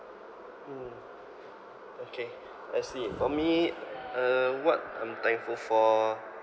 mm okay let's see for me uh what I'm thankful for